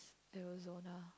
Arizona